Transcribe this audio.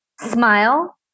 smile